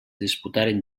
disputaren